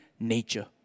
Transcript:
nature